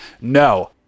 no